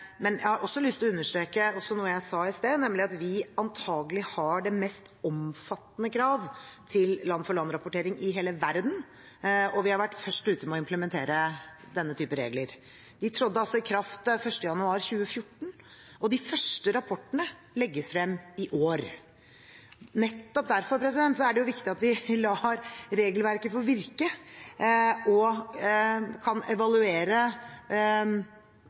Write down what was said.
Men jeg har også lyst til å understreke noe jeg sa i sted, nemlig at vi antakelig har det mest omfattende krav til land-for-land-rapportering i hele verden, og vi har vært først ute med å implementere denne typen regler. De trådte i kraft 1. januar 2014, og de første rapportene legges frem i år. Nettopp derfor er det viktig at vi lar regelverket få virke og kan evaluere